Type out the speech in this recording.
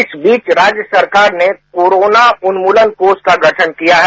इस बीच राज्य सरकार ने कोरोना उन्मूलन कोष का गठन किया है